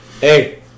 Hey